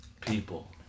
people